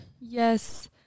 Yes